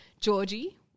Georgie